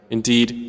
Indeed